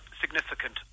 significant